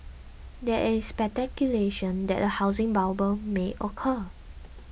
there is speculation that a housing bubble may occur